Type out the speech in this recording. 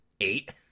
Eight